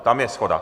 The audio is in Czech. Tam je shoda.